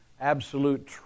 absolute